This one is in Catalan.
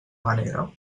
manera